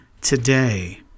today